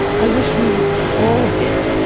i wish we were all dead.